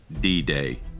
D-Day